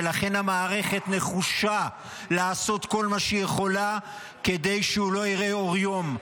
ולכן המערכת נחושה לעשות כל מה שהיא יכולה כדי שהוא לא יראה אור יום,